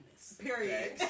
period